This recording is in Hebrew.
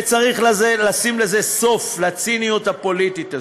וצריך לשים לזה סוף, לציניות הפוליטית הזו.